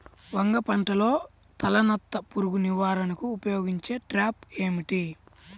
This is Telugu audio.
వంగ పంటలో తలనత్త పురుగు నివారణకు ఉపయోగించే ట్రాప్ ఏది?